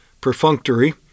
perfunctory